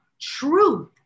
truth